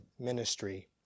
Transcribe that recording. Ministry